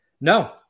No